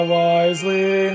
wisely